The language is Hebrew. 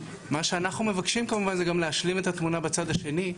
מה שאנחנו מבקשים כמובן זה גם להשלים את התמונה בצד השני.